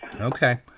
Okay